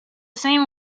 same